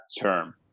term